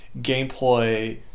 gameplay